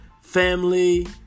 Family